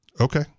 okay